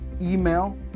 email